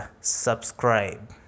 subscribe